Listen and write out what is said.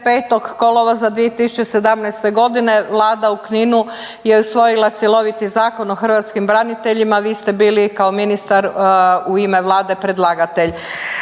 5. kolovoza 2017. g. Vlada u Kninu je usvojila cjeloviti Zakon o hrvatskim braniteljima, vi ste bili kao ministar u ime Vlade predlagatelj.